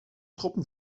truppen